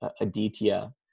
Aditya